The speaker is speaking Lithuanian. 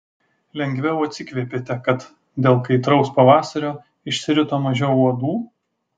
lengviau atsikvėpėte kad dėl kaitraus pavasario išsirito mažiau uodų